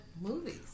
movies